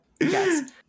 yes